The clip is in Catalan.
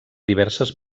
diverses